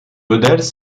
modèles